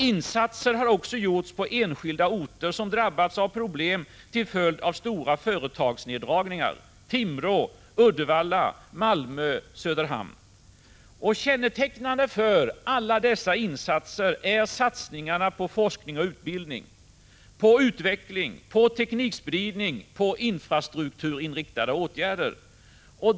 Insatser har också gjorts på enskilda orter som drabbats av problem till följd av stora företagsnedläggningar — Timrå, Uddevalla, Malmö och Söderhamn. Kännetecknande för alla dessa insatser är satsningarna på forskning och utbildning, på utveckling, teknikspridning och infrastrukturinriktade åtgärder.